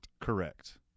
Correct